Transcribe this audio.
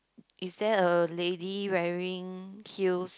is there a lady wearing heels